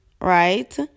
right